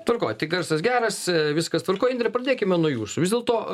tvarkoj tai garsas geras viskas tvarkoj indre pradėkime nuo jūsų vis dėlto